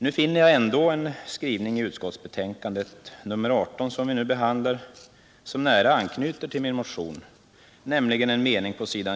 Nu finner jag ändå en skrivning i utskottsbetänkandet nr 18, som vi nu behandlar, som nära anknyter till min motion, nämligen den mening på s.